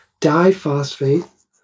diphosphate